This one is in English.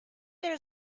there